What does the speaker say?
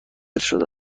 شده